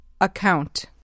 Account